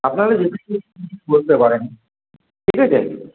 আপনারা যেদিকে খুশি বসতে পারেন ঠিক আছে